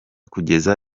kugeza